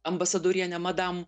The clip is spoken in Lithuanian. ambasadorienę madam